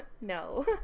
No